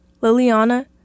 Liliana